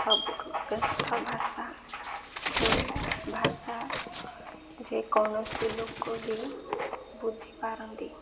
ସବୁଠୁ ଶ୍ରେଷ୍ଠ ଭାଷା ଓଡ଼ିଆ ଭାଷା ଯେକୌଣସି ଲୋକ ବି ବୁଝିପାରନ୍ତି